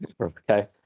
okay